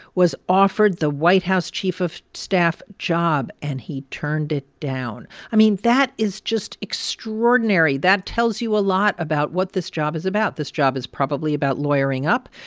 was offered the white house chief of staff job and he turned it down i mean, that is just extraordinary that tells you a lot about what this job is about. this job is probably about lawyering up.